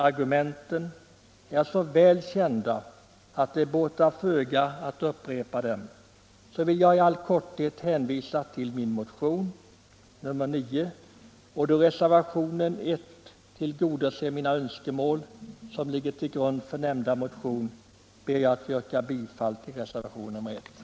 Argumenten är väl kända och det båtar föga att upprepa dem. För att spara tid vill jag i all korthet hänvisa till min motion nr 23. Då reservationen 1 tillgodoser de önskemål som ligger till grund för nämnda motion, ber jag att få yrka bifall till reservationen 1.